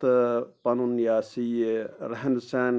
تہٕ پَنُن یہِ ہسا یہِ رہن سہن